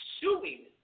suing